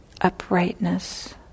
uprightness